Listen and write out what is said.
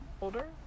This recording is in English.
older